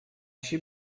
się